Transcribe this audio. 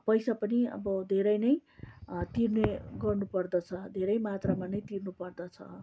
पैसा पनि अब धेरै नै तिर्ने गर्नु पर्दछ धेरै मात्रामा नै तिर्नु पर्दछ